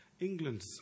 England